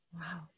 Wow